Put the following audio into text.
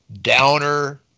Downer